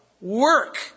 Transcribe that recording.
Work